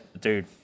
dude